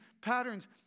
patterns